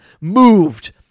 moved